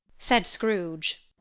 said scrooge,